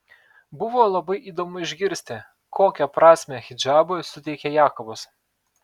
buvo labai įdomu išgirsti kokią prasmę hidžabui suteikia jakobas